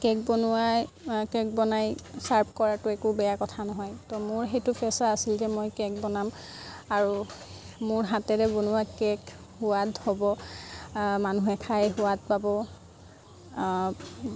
cake বনোৱাই cake বনাই serve কৰাটো একো বেয়া কথা নহয় ত' মোৰ সেইটো পেচা আছিল যে মই কে'ক বনাম আৰু মোৰ হাতেৰে বনোৱা কে'ক সোৱাদ হ'ব মানুহে খাই সোৱাদ পাব